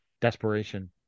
Desperation